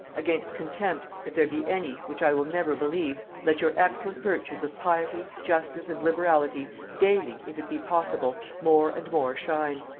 against contempt, if there be any, which i will never believe, let your excellent virtues of piety, justice and liberality, daily, if it be possible, more and more shine.